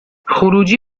خروجی